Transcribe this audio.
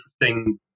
interesting